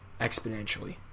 exponentially